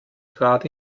grad